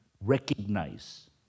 recognize